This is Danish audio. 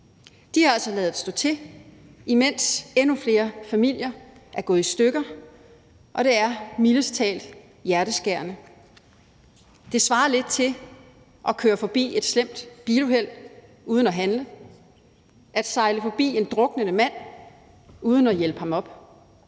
De har altså ladet stå til, imens endnu flere familier er gået i stykker, og det er mildest talt hjerteskærende. Det svarer lidt til at køre forbi et slemt biluheld uden at handle, at sejle forbi en druknende mand uden at hjælpe ham op.